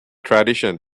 tradition